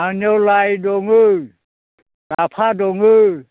आंनियाव लाइ दङो लाफा दङो